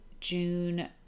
June